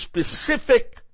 specific